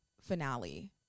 finale